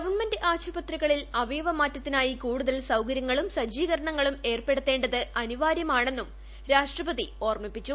government ആശുപത്രികളിൽ അവയവമാറ്റത്തിനായി കൂടുതിൽ സൌകര്യങ്ങളും സജ്ജീകരണങ്ങളും ഏർപ്പെടുത്തേത് അനിവർത്ത്മാണെന്ന് രാഷ്ട്രപതി ഓർമ്മിപ്പിച്ചു